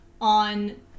on